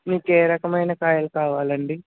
మీకు ఏ రకమైన కాయలు కావాలండి